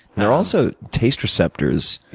there are also taste receptors